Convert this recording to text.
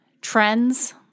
trends